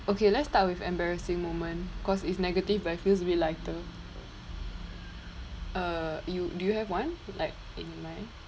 okay let's start with embarrassing moment cause it's negative but it feels a bit lighter uh you do you have one like in mind